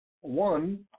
One